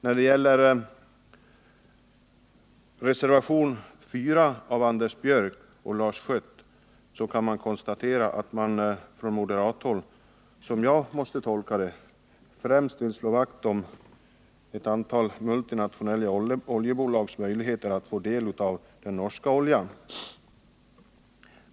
När det gäller reservationen 4 av Anders Björck och Lars Schött kan vi konstatera att man på moderathåll — som jag måste tolka det — främst vill slå vakt om ett antal multinationella oljebolags möjligheter att få del av den norska oljan.